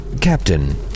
Captain